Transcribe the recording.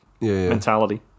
mentality